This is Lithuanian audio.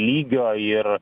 lygio ir